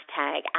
hashtag